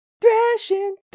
thrashing